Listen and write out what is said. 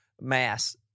mass